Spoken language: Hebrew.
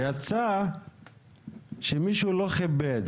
ויצא שמישהו לא כיבד